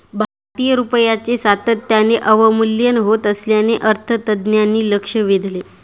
भारतीय रुपयाचे सातत्याने अवमूल्यन होत असल्याकडे अर्थतज्ज्ञांनी लक्ष वेधले